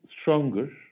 stronger